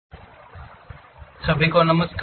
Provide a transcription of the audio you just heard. SolidWorks सभी को नमस्कार